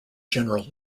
general